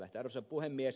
arvoisa puhemies